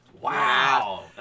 Wow